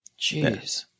Jeez